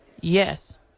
Yes